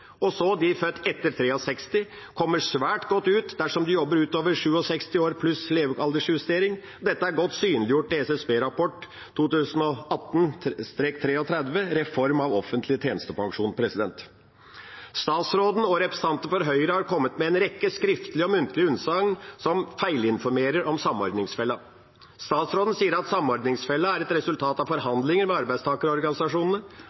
De som er født etter 1963, kommer svært godt ut dersom de jobber utover 67 år pluss levealdersjustering. Dette er godt synliggjort i SSB-rapport 2018/33, Reform av offentlig tjenestepensjon. Statsråden og representanter for Høyre har kommet med en rekke skriftlige og muntlige utsagn som feilinformerer om samordningsfella. Statsråden sier at samordningsfella er et resultat av